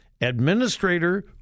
administrator